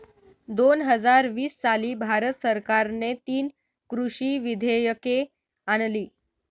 दोन हजार वीस साली भारत सरकारने तीन कृषी विधेयके आणली